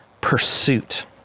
pursuit